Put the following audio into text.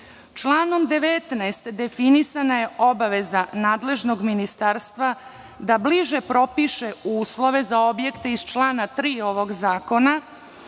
19. definisana je obaveza nadležnog ministarstva da bliže propiše uslove za objekte iz člana 3. ovog zakona